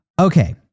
Okay